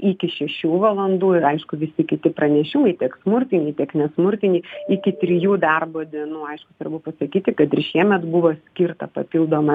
iki šešių valandų ir aišku visi kiti pranešimai tiek smurtiniai tiek nesmurtiniai iki trijų darbo dienų aišku svarbu pasakyti kad ir šiemet buvo skirta papildoma